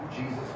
Jesus